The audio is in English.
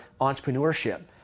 entrepreneurship